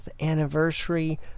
anniversary